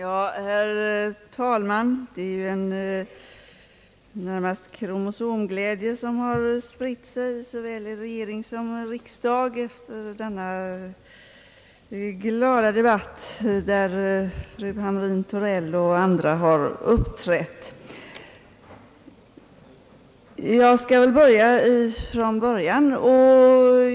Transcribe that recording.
Herr talman! Det är ju närmast en kromosomglädje som har spritt sig i såväl regering som riksdag i denna glada debatt, där fru Hamrin-Thorell och andra har uppträtt. Jag skall börja från början.